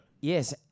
Yes